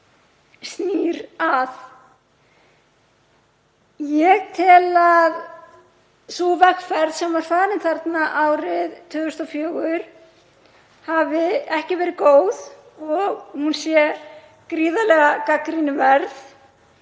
snýr að. Ég tel að sú vegferð sem var farin árið 2004 hafi ekki verið góð og að hún sé gríðarlega gagnrýniverð.